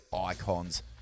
icons